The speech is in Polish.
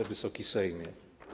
Wysoki Sejmie!